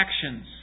actions